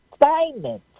assignment